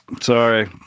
sorry